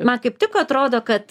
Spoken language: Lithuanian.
man kaip tik atrodo kad